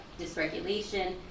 dysregulation